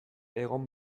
egon